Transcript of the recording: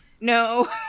no